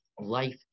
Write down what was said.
life